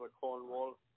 Cornwall